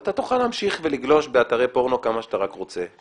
אתה תוכל להמשיך ולגלוש באתרי פורנו כמה שאתה רק רוצה.